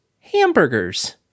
hamburgers